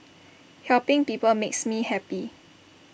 helping people makes me happy